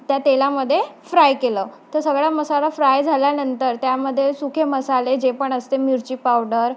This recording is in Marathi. त्या तेलामध्ये फ्राय केलं तर सगळा मसाला फ्राय झाल्यानंतर त्यामध्ये सुखे मसाले जे पण असते मिरची पावडर